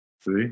See